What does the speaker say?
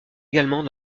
également